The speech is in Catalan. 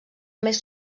més